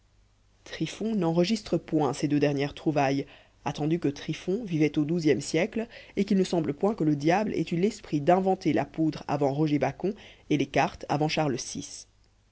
tryphon n'enregistre point ces deux dernières trouvailles attendu que tryphon vivait au douzième siècle et qu'il ne semble point que le diable ait eu l'esprit d'inventer la poudre avant roger bacon et les cartes avant charles vi